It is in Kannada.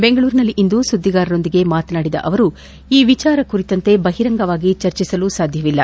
ಬೆಂಗಳೂರಿನಲ್ಲಿಂದು ಸುದ್ಗಾರರೊಂದಿಗೆ ಮಾತನಾಡಿದ ಅವರು ಈ ವಿಚಾರ ಕುರಿತಂತೆ ಬಹಿರಂಗವಾಗಿ ಚರ್ಚಿಸಲು ಸಾಧ್ಯವಿಲ್ಲ